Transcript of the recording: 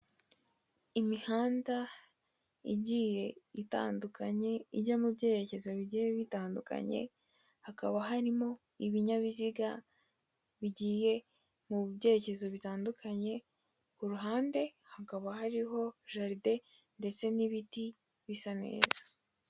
Imihanda igiye itandukanye ijya mu byerekezo bigiye bitandukanye, hakaba harimo ibinyabiziga bigiye mu byerekezo bitandukanye, ku ruhande hakaba hariho jaride ndetse n'ibiti bisa neza.